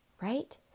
right